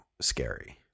scary